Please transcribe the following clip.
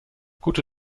gute